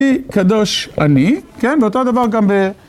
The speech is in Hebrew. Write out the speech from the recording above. קדוש אני, כן? ואותו הדבר גם ב...